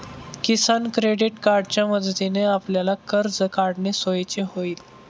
किसान credit कार्डच्या मदतीने आपल्याला कर्ज काढणे सोयीचे होईल